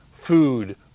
food